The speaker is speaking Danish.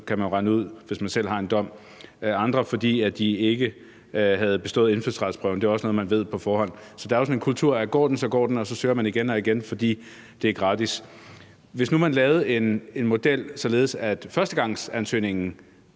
kan man jo så regne det ud, hvis man selv har en dom. Og andre fik afslag, fordi de ikke havde bestået indfødsretsprøven, og det er også noget, man ved på forhånd. Så der er jo sådan en kultur med, at går den, så går den, og så søger man igen og igen, fordi det er gratis. Hvis nu man lavede en model, således at førstegangsansøgningen